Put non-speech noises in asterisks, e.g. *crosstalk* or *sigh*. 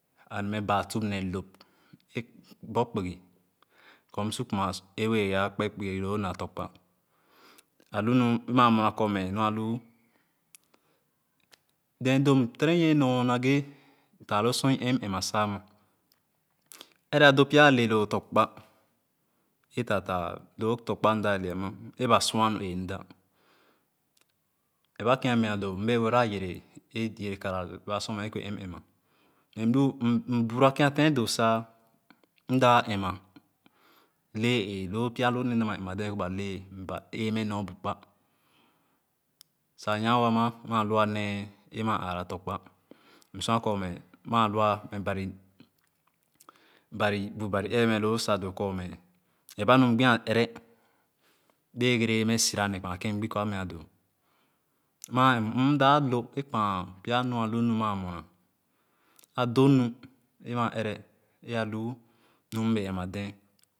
*unintelligible* Baa-tup-ne lop a bɔp kpugi kor m sor kuma ee wee a kpe kpugi loo naa tɔ̃kpa a lu nu maa wena korme me nu ahu then doo m tere nyie nor nage taa lo sor i em-ma sa ama ere a do pya ale loo tɔ̃kpa a tataah loo tɔ̃kpa mda le ama ẽẽ ba sua nu ee mda ere ba kèn meah doo mbee were loo a yere ee were kara ere ba sor mai le kii wee a em-ma mlu mbura ken teeh doo sa m da em-ma le ee loo pya loo nee mda wee em-ma dee kor ale me ba ee me nyo bu kpa sa nyaanwo ama maa lua nee ee ma aara tɔ̃kpa msua kor me maa lua me bam bam bu bam ee me loo sa doo kor me ere ba nu m gbi a ere bee egere me sira nee kpa kèn m gbi kor a meah doo mor m dap-lo a kpa nu a nu maa muena a doonu eema ere ee alu nu m bee em-ma dee.